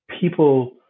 people